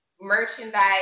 merchandise